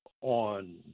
on